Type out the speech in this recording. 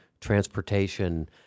transportation